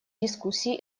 дискуссии